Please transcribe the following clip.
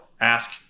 Ask